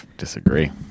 Disagree